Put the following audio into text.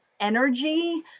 energy